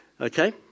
Okay